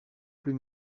plus